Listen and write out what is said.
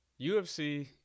UFC